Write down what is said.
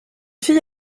fille